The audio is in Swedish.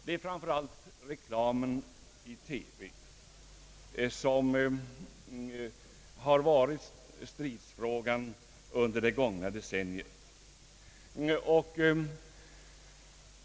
Det är framför allt reklamen i TV som har varit stridsfrågan under det gångna decenniet.